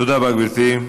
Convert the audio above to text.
תודה רבה, גברתי.